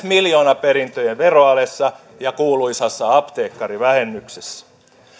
miljoonaperintöjen veroalessa ja kuuluisassa apteekkarivähennyksessä